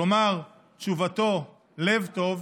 כלומר תשובתו, לב טוב,